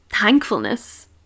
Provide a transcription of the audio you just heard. thankfulness